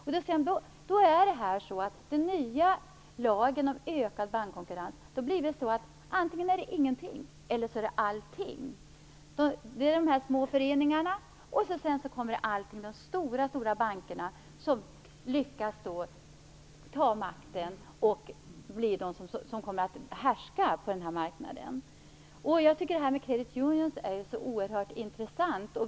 Med den nya lagen om ökad bankkonkurrens blir det då antingen ingenting eller också allting, säger man. Det är å ena sidan de små föreningarna, och å andra sidan de stora, stora bankerna, som lyckas ta makten och kommer att härska på den här marknaden. Det här med credit unions är ju så oerhört intressant.